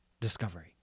discovery